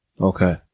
Okay